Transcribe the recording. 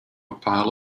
pile